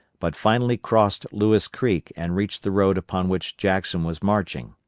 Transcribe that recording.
but finally crossed lewis creek and reached the road upon which jackson was marching.